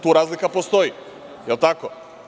Tu razlika postoji, jel tako?